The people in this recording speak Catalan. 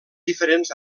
diferents